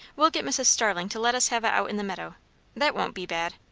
we'll get mrs. starling to let us have it out in the meadow that won't be bad.